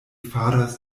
faras